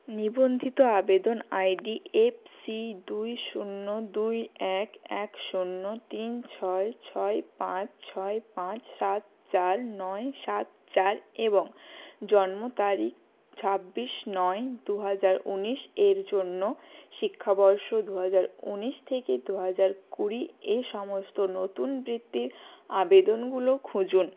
নিবন্ধিত আবেদন আইডি এপসি দুই শূন্য দুই এক এক শূন্য তিন ছয় ছয় পাঁচ ছয় পাঁচ সাত চার নয় সাত চার এবং জন্মতারিখ ছাব্বিশ নয় দু হাজার উনিশ এর জন্য শিক্ষাবর্ষ দু হাজার উনিশ থেকে দু হাজার কুড়ি এ সমস্ত নতুন বৃত্তির আবেদনগুলো খুঁজুন